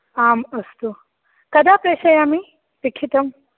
आम् अस्तु कदा प्रेषयामि लिखितं